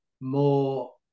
more